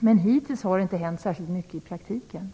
Men hittills har det inte hänt särskilt mycket i praktiken.